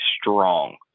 strong